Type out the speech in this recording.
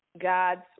God's